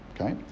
Okay